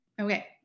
Okay